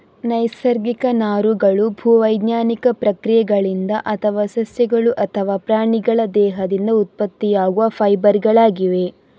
ನೈಸರ್ಗಿಕ ನಾರುಗಳು ಭೂ ವೈಜ್ಞಾನಿಕ ಪ್ರಕ್ರಿಯೆಗಳಿಂದ ಅಥವಾ ಸಸ್ಯಗಳು ಅಥವಾ ಪ್ರಾಣಿಗಳ ದೇಹದಿಂದ ಉತ್ಪತ್ತಿಯಾಗುವ ಫೈಬರ್ ಗಳಾಗಿವೆ